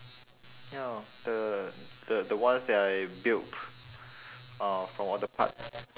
ya the the the ones that I built uh from all the parts